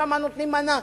שם נותנים מנה,